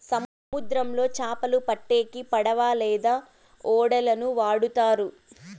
సముద్రంలో చాపలు పట్టేకి పడవ లేదా ఓడలను వాడుతారు